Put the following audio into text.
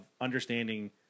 understanding